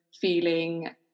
feeling